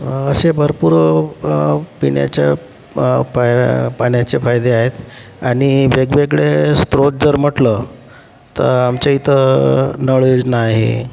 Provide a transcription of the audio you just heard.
असे भरपूर पिण्याच्या पाय पाण्याचे फायदे आहेत आणि वेगवेगळे स्रोत जर म्हटलं तर आमच्या इथे नळयोजना आहे